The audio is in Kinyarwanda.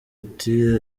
ati